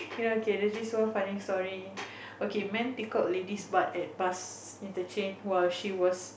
you know K there's this one funny story okay man tickle ladies butt at bus interchange when she was